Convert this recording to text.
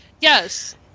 yes